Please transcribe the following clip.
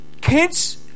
kids